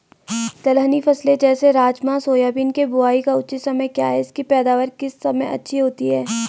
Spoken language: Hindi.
दलहनी फसलें जैसे राजमा सोयाबीन के बुआई का उचित समय क्या है इसकी पैदावार किस समय अच्छी होती है?